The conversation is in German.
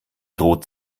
droht